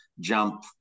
jump